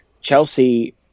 Chelsea